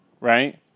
right